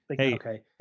Okay